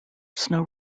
snow